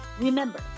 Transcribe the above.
Remember